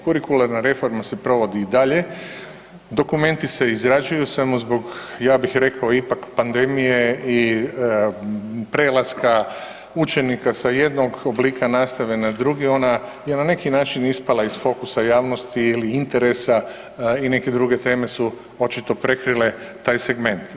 Kurikularna reforma se provodi i dalje, dokumenti se izrađuju, samo zbog ja bih rekao ipak pandemije i prelaska učenika sa jednog oblika nastave na drugi ona je na neki način ispala iz fokusa javnosti ili interesa i neke druge teme su očito prekrile taj segment.